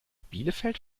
bielefeld